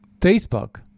Facebook